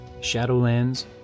Shadowlands